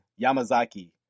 yamazaki